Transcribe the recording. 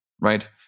right